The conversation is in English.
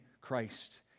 Christ